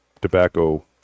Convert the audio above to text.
tobacco